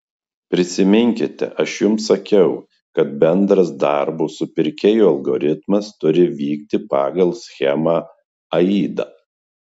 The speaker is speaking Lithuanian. prisiminkite aš jums sakiau kad bendras darbo su pirkėju algoritmas turi vykti pagal schemą aida